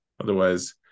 otherwise